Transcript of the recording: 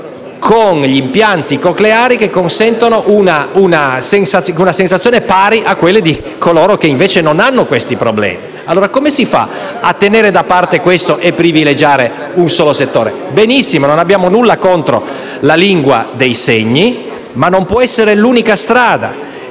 agli impianti cocleari, che consentono una sensazione pari a quella di coloro che invece non hanno questi problemi. Pertanto, come si fa a mettere da parte questo e a privilegiare un solo settore? Benissimo, non abbiamo nulla contro la lingua dei segni, ma non può essere questa l'unica strada.